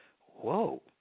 whoa